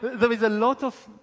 there is a lot of,